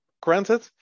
granted